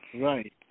right